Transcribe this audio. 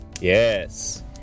Yes